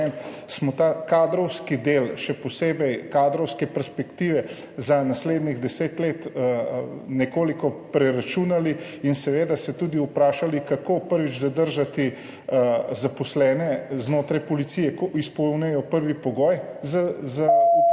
smo ta kadrovski del, še posebej kadrovske perspektive za naslednjih 10 let, nekoliko preračunali in seveda se tudi vprašali, kako, prvič, zadržati zaposlene znotraj Policije, ko izpolnjujejo prvi pogoj za upokojitev,